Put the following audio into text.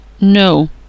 No